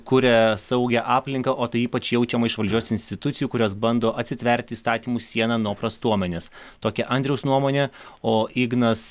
kuria saugią aplinką o tai ypač jaučiama iš valdžios institucijų kurios bando atsitverti įstatymų sieną nuo prastuomenės tokia andriaus nuomonė o ignas